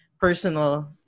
personal